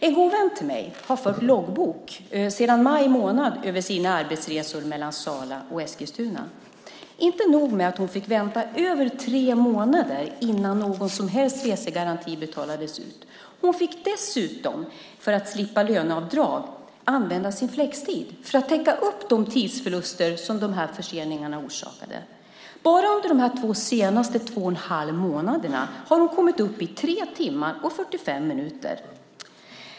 En god vän till mig har fört loggbok sedan maj månad över sina arbetsresor mellan Sala och Eskilstuna. Inte nog med att hon fick vänta över tre månader innan någon som helst resegaranti betalades ut. Hon fick dessutom, för att slippa löneavdrag, använda sin flextid för att täcka upp de tidsförluster som förseningarna orsakade. Bara under de senaste två och en halv månaderna har hon kommit upp i tre timmar och 45 minuter.